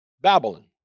Babylon